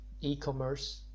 e-commerce